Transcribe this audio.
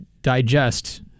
digest